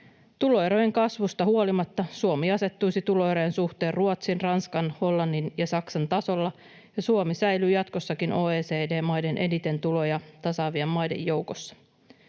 Tuloerojen kasvusta huolimatta Suomi asettuisi tuloerojen suhteen Ruotsin, Ranskan, Hollannin ja Saksan tasolle, ja Suomi säilyy jatkossakin OECD-maiden eniten tuloja tasaavien maiden joukossa.